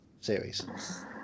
series